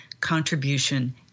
contribution